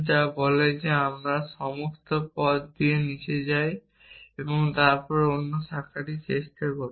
যা বলে যে আমরা সমস্ত পথ নিচে যাই এবং তারপর অন্য শাখাটি চেষ্টা করি